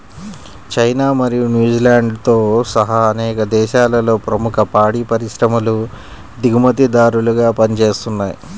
China మరియు న్యూజిలాండ్తో సహా అనేక దేశాలలో ప్రముఖ పాడి పరిశ్రమలు దిగుమతిదారులుగా పనిచేస్తున్నయ్